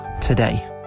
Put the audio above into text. today